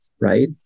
right